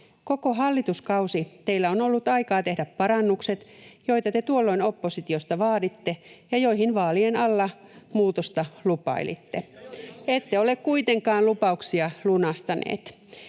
Koko hallituskausi teillä on ollut aikaa tehdä parannukset, joita te tuolloin oppositiosta vaaditte ja joihin vaalien alla muutosta lupailitte. [Vasemmalta: Ja niitä on tehty